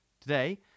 Today